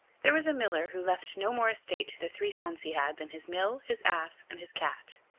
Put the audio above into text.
there was a miller who left no more estate to the three sons he had than his mill, his ass, and his cat.